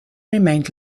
remained